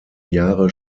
jahre